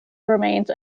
remains